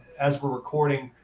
as we're recording,